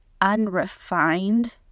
unrefined